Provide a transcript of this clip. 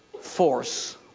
force